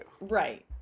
Right